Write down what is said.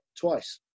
twice